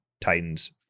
Titans